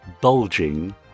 bulging